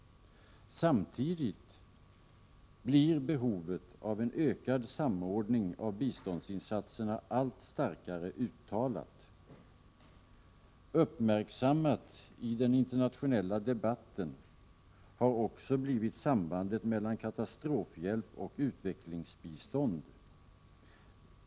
Samtidigt blir behovet av en ökad samordning av biståndsinsatserna allt starkare uttalat. Även sambandet mellan katastrofhjälp och utvecklingsbistånd har blivit uppmärksammat i den internationella debatten.